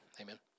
amen